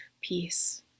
peace